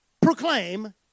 proclaim